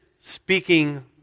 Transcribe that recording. speaking